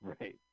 Right